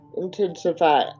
intensify